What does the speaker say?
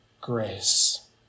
grace